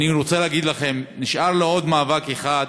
אני רוצה להגיד לכם, נשאר לי עוד מאבק אחד,